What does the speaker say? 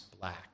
black